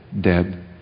dead